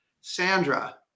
Sandra